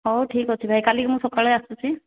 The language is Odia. ହଉ ଠିକ୍ ଅଛି ଭାଇ କାଲିକି ମୁଁ ସକାଳେ ଆସୁଛି